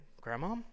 Grandma